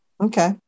Okay